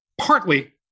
partly